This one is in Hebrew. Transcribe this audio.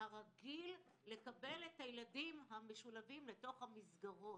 הרגיל לקבל את הילדים המשולבים לתוך המסגרות,